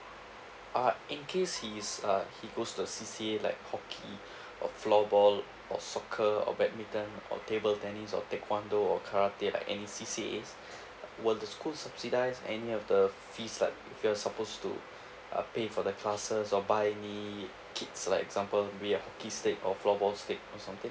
uh in case he's uh he goes to C_C_A like hockey or floorball or soccer or badminton or table tennis or taekwondo or karate like any C_C_A's will the school subsidise any of the fees like if you're supposed to uh pay for the classes or by any kits like like example maybe hockey stick or floorball stick or something